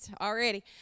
already